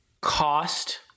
cost-